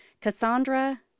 Cassandra